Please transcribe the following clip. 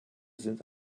sind